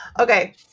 Okay